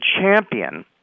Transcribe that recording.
champion